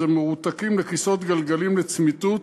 של מרותקים לכיסאות גלגלים לצמיתות,